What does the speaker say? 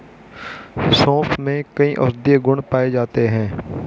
सोंफ में कई औषधीय गुण पाए जाते हैं